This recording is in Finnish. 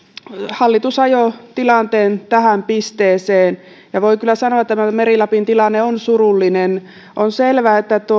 hallitus ajoi tilanteen tähän pisteeseen ja voi kyllä sanoa että tämä meri lapin tilanne on surullinen on selvää että